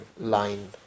line